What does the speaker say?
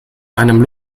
einem